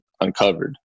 uncovered